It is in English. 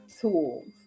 Tools